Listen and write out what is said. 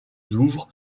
douvres